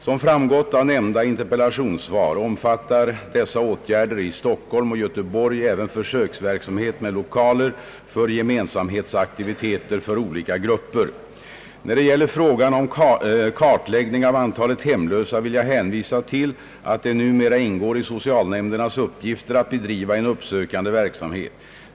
Som framgått av nämnda interpellationssvar omfattar dessa åtgärder i Stockholm och Göteborg även försöksverksamhet med lokaler för gemensamhetsaktiviteter för olika grupper. När det gäller frågan om kartläggning av antalet hemlösa vill jag hänvisa till att det numera ingår i socialnämndernas uppgifter att bedriva en uppsökande verksamhet.